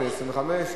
אתה 25,